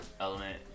element